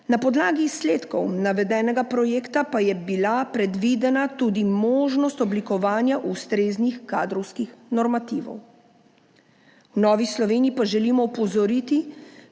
Na podlagi izsledkov navedenega projekta pa je bila predvidena tudi možnost oblikovanja ustreznih kadrovskih normativov. V Novi Sloveniji pa želimo opozoriti